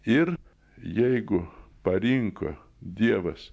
ir jeigu parinko dievas